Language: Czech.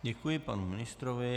Děkuji panu ministrovi.